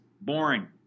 boring